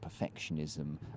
perfectionism